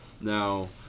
Now